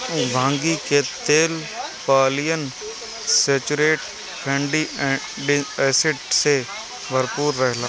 भांगी के तेल पालियन सैचुरेटेड फैटी एसिड से भरपूर रहेला